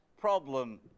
problem